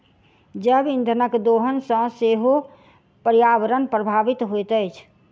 जैव इंधनक दोहन सॅ सेहो पर्यावरण प्रभावित होइत अछि